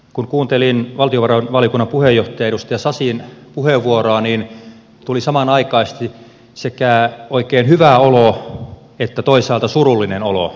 kun kuuntelin valtiovarainvaliokunnan puheenjohtaja edustaja sasin puheenvuoroa niin tuli samanaikaisesti sekä oikein hyvä olo että toisaalta surullinen olo